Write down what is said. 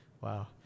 Wow